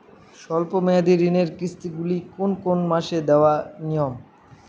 স্বল্প মেয়াদি ঋণের কিস্তি গুলি কোন কোন মাসে দেওয়া নিয়ম?